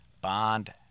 Bond